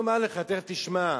לך, תיכף תשמע.